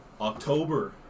October